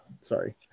sorry